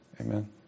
Amen